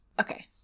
Okay